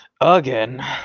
Again